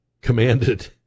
commanded